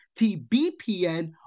TBPN